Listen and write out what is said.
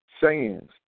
sayings